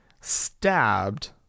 stabbed